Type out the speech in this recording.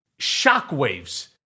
shockwaves